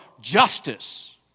justice